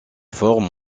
formes